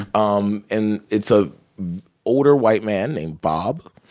um and it's a older white man named bob,